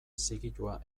zigilua